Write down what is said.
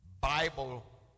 Bible